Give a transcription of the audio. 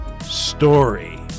story